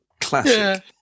classic